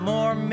More